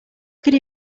could